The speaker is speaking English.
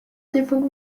different